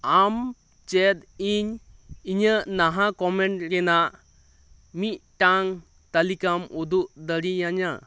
ᱟᱢ ᱪᱮᱫ ᱤᱧ ᱤᱧᱟᱹᱜ ᱱᱟᱦᱟᱜ ᱠᱚᱢᱮᱱᱴ ᱨᱮᱱᱟᱜ ᱢᱤᱫᱴᱟᱝ ᱛᱟᱹᱞᱤᱠᱟᱢ ᱩᱫᱩᱜ ᱫᱟᱲᱮᱭᱟᱹᱧᱟᱹ